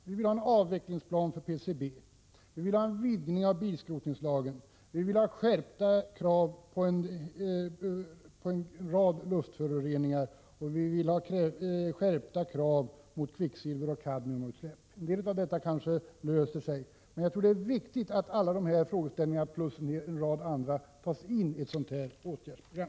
Vi vill ha en avvecklingsplan för PCB, vi vill ha en vidgning av bilskrotningslagen, vi vill ha skärpta krav beträffande en rad luftföroreningar och vi vill ha skärpta krav när det gäller kvicksilveroch kadmiumutsläpp. En del av detta kanske löser sig, men jag tror det är viktigt att alla dessa frågeställningar, plus en del andra, tas in i ett sådant här åtgärdsprogram.